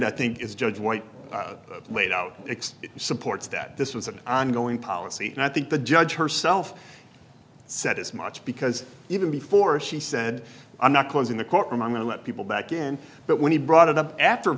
i think is judge white laid out its supports that this was an ongoing policy and i think the judge herself said as much because even before she said i'm not closing the courtroom i'm going to let people back in but when he brought it up after